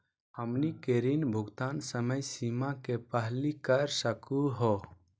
हमनी के ऋण भुगतान समय सीमा के पहलही कर सकू हो?